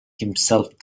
himself